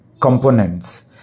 components